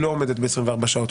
היא לא עומדת ב-24 שעות.